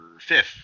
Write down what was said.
Fifth